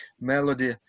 melody